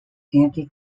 anti